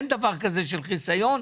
אין דבר כזה כמו חיסיון.